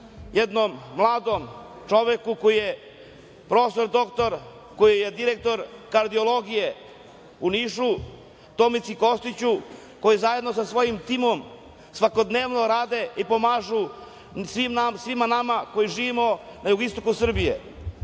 jednom mladom čoveku koji prof. dr, koji je direktor kardiologije u Nišu, Tomici Kostiću koji zajedno sa svojim timom svakodnevno radi pomaže svima nama koji živimo na jugoistoku